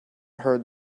heard